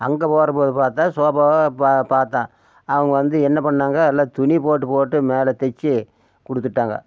அங்கே போகிறபோது பார்த்தா சோபாவை பா பார்த்தேன் அவங்க வந்து என்ன பண்ணிணாங்க எல்லா துணி போட்டு போட்டு மேலே தைச்சி கொடுத்துட்டாங்க